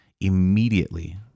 immediately